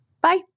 Bye